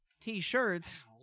T-shirts